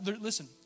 Listen